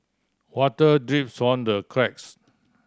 water drips from the cracks